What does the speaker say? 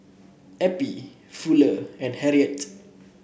Eppie Fuller and Harriett